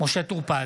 משה טור פז,